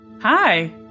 Hi